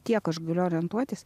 tiek aš galiu orientuotis